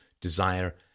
desire